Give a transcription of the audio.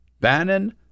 Bannon